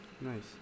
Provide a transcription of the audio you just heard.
Nice